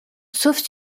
sauf